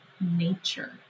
nature